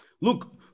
Look